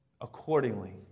accordingly